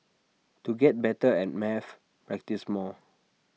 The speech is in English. to get better at maths practise more